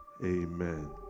amen